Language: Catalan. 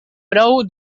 prou